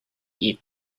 eat